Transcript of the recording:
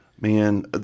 Man